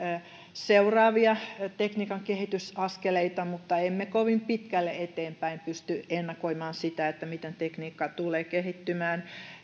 seuraavia tekniikan kehitysaskeleita mutta emme kovin pitkälle eteenpäin pysty ennakoimaan miten tekniikka tulee kehittymään